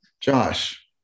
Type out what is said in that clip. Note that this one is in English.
Josh